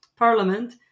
Parliament